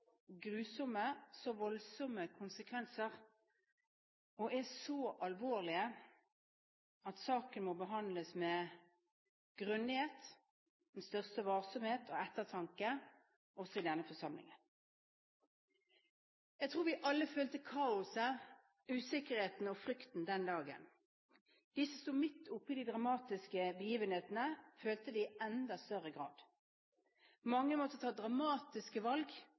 grusomme, så voldsomme konsekvenser og er så alvorlige at saken må behandles med grundighet, den største varsomhet og ettertanke, også i denne forsamlingen. Jeg tror vi alle følte kaoset, usikkerheten og frykten den dagen. De som sto midt oppi de dramatiske begivenhetene, følte det i enda større grad. Mange måtte ta dramatiske valg